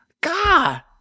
God